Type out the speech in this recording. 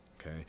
okay